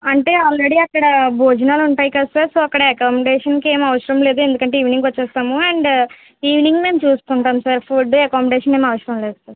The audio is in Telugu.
అంటే ఆల్రెడీ అక్కడ భోజనాలు ఉంటాయి కదా సార్ సో అక్కడ అకొమొడేషన్కి ఏమీ అవసరం లేదు ఎందుకంటే ఈవెనింగ్ వచ్చేస్తాము అండ్ ఈవెనింగ్ మేము చూసుకుంటాం సార్ ఫుడ్ అకొమొడేషన్ ఏమీ అవసరం లేదు సార్